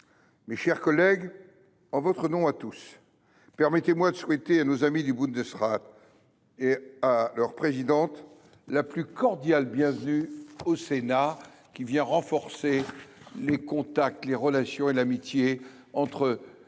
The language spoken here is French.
Mes chers collègues, en votre nom à tous, permettez moi de souhaiter à nos amis du et à leur présidente la plus cordiale bienvenue au Sénat français. Leur visite vient renforcer les contacts, les relations et l’amitié entre